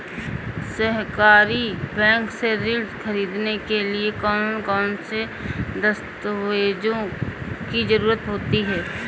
सहकारी बैंक से ऋण ख़रीदने के लिए कौन कौन से दस्तावेजों की ज़रुरत होती है?